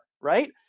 right